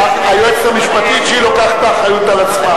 זה ייכנס לספר החוקים של מדינת ישראל.